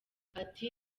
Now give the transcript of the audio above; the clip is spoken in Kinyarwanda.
ati